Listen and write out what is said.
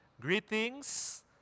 Greetings